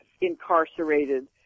incarcerated